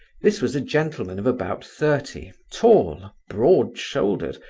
this was a gentleman of about thirty, tall, broad-shouldered,